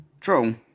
True